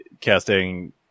casting